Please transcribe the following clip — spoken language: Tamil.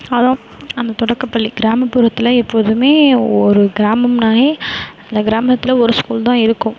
அதுதான் அந்த தொடக்கப்பள்ளி கிராமப்புறத்தில் எப்போதுமே ஒரு கிராமம்னாலே அந்த கிராமத்தில் ஒரு ஸ்கூல் தான் இருக்கும்